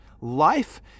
Life